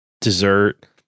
dessert